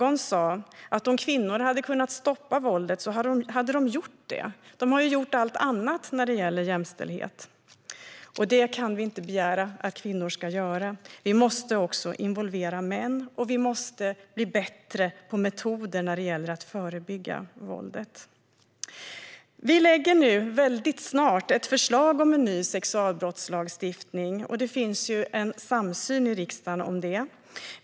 Om kvinnor hade kunnat stoppa våldet hade de gjort det, som någon sa. De har ju gjort allt annat när det gäller jämställdhet. Detta kan vi inte begära att kvinnor ska göra. Vi måste också involvera män, och vi måste bli bättre på metoder för att förebygga våldet. Vi lägger nu väldigt snart fram ett förslag om en ny sexualbrottslagstiftning. Det finns ju en samsyn i riksdagen om detta.